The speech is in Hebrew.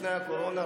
לפני הקורונה,